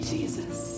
Jesus